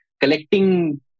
collecting